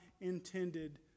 intended